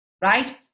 right